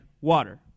water